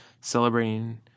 celebrating